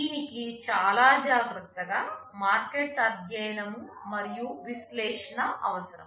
దీనికి చాలా జాగ్రత్తగా మార్కెట్ అధ్యయనం మరియు విశ్లేషణ అవసరం